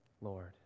Lord